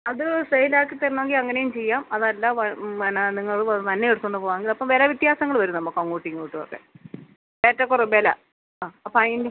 അതു സെയിൽ ആക്കിത്തരണമെങ്കിൽ അങ്ങനെയും ചെയ്യാം അതല്ല പിന്നെ നിങ്ങൾ വന്നത് എടുത്തതു കൊണ്ട് പോകുകയാണെങ്കിൽ അപ്പം വില വ്യത്യാസങ്ങൾ വരും നമുക്ക് അങ്ങോട്ടും ഇങ്ങോട്ടുമൊക്കെ ഏറ്റക്കുറെ വില ആ അപ്പോൾ അതിന്